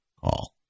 call